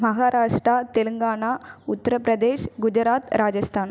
Maharashtra Telangana Uttar Pradesh Gujarat Rajasthan